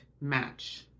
match